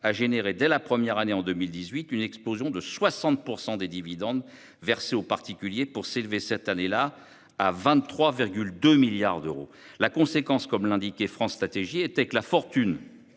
a produit dès la première année, en 2018, une explosion de 60 % des dividendes versés aux particuliers, qui se sont élevés cette année-là à 23,2 milliards d'euros. La conséquence, comme l'indiquait France Stratégie, est que la fortune